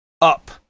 up